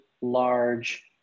large